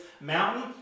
mountain